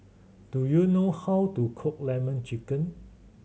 do you know how to cook Lemon Chicken